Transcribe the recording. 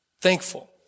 thankful